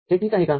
हे ठीक आहे का